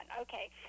Okay